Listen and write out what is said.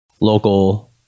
local